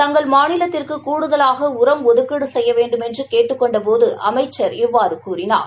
தங்கள் மாநிலத்திற்கு கூடுதலாக உரம் ஒதுக்கீடு செய்ய வேண்டுமென்று கேட்டுக் கெண்டபோது அமைச்சர் இவ்வாறு கூறினார்